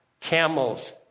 camels